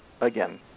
again